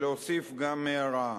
להוסיף גם הערה.